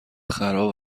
خراب